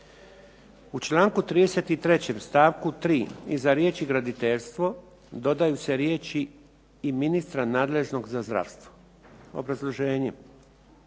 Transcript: U članku 33. stavku 3. iza riječi "graditeljstvo" dodaju se riječi "i ministra nadležnog za zdravstvo". Obrazloženje.